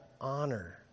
honor